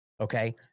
Okay